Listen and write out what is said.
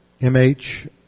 MH